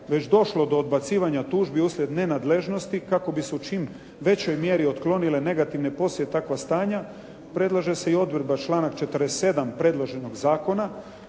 već došlo do odbacivanja tužbi uslijed nenadležnosti kako bi se u čim većoj mjeri otklonile negativne poslije takva stanja, predlaže se i odredba članak 47. predloženog zakona